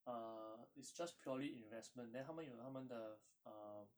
err it's just purely investment then 他们有他们的 um